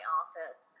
office